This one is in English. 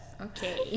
Okay